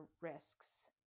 risks